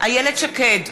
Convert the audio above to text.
איילת שקד,